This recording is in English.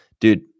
Dude